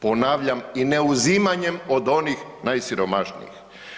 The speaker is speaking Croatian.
Ponavljam, i ne uzimanjem od onih najsiromašnijih.